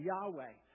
Yahweh